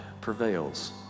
prevails